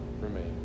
remain